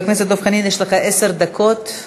יש לך עשר דקות,